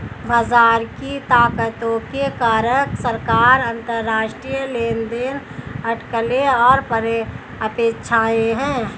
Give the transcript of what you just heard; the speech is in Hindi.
बाजार की ताकतों के कारक सरकार, अंतरराष्ट्रीय लेनदेन, अटकलें और अपेक्षाएं हैं